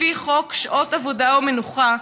לפי חוק שעות עבודה ומנוחה,